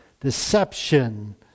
Deception